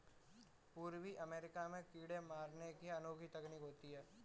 पूर्वी अमेरिका में कीड़े मारने की अनोखी तकनीक होती है